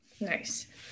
Nice